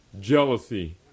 jealousy